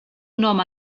nom